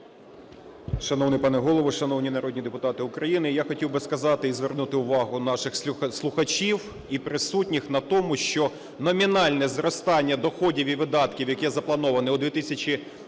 Шановний пане Голово! Шановні народні депутати України! Я хотів би сказати і звернути увагу наших слухачів і присутніх на тому, що номінальне зростання доходів і видатків, яке заплановане у 2020 році,